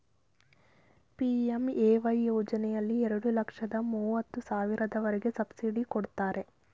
PMAY ಯೋಜನೆಯಲ್ಲಿ ಎರಡು ಲಕ್ಷದ ಮೂವತ್ತು ಸಾವಿರದವರೆಗೆ ಸಬ್ಸಿಡಿ ಕೊಡ್ತಾರೆ